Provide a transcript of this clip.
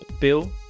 Bill